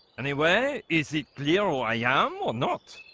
anyway, is it zero? i am or not